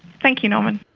thank you norman.